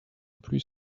plus